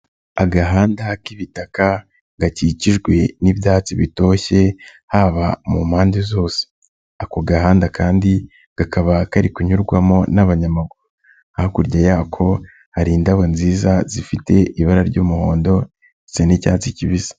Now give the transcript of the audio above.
Agahanda k'ibitaka gakikijwe n'ibyatsi bitoshye haba mu mpande zose. Ako gahanda kandi kakaba kari kunyurwamo n'abanyamaguru, hakurya yako hari indabo nziza zifite ibara ry'umuhondo ndetse n'icyatsi kibisi.